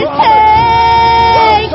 take